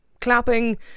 clapping